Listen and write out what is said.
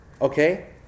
Okay